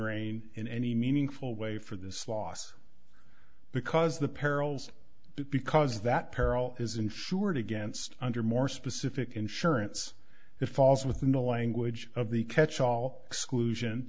rain in any meaningful way for this loss because the perils because that peril is insured against under more specific insurance if falls within the language of the catch all exclusion